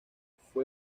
fue